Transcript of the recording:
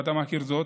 ואתה מכיר זאת,